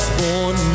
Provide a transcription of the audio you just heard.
born